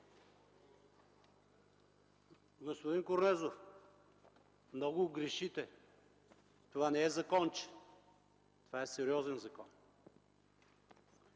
Господин Корнезов, много грешите – това не е законче, това е сериозен закон.